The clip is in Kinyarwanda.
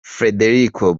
federico